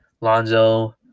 Lonzo